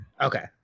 Okay